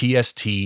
PST